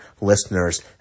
listeners